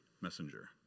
messenger